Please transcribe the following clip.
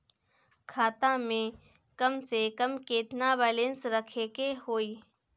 खाता में कम से कम केतना बैलेंस रखे के होईं?